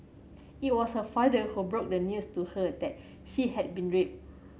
it was her father who broke the news to her that she had been raped